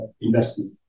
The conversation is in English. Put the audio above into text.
investment